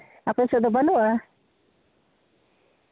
ᱟᱯᱮ ᱥᱮᱫ ᱫᱚ ᱵᱟᱹᱱᱩᱜᱼᱟ